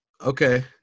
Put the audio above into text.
Okay